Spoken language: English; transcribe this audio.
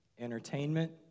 entertainment